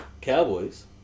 Cowboys